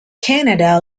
canada